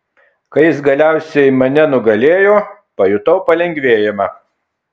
kai jis galiausiai mane nugalėjo pajutau palengvėjimą